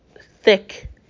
thick